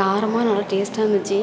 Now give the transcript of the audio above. காரமாக நல்லா டேஸ்ட்டாக இருந்துச்சு